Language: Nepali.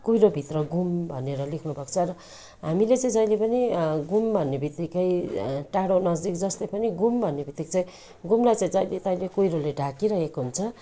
कुहिरोभित्र घुम भनेर लेख्नुभएको छ र हामीले चाहिँ जहिले पनि घुम भन्नेबित्तिकै टाढो नजिक जस्तै पनि घुम भन्नेबित्तिकै घुमलाई चाहिँ जहिले तहिले कुहिरोले ढाकिरहेकै हुन्छ